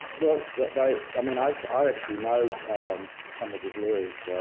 well, they i mean, i actually i actually know some of his lawyers,